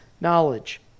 knowledge